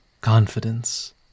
confidence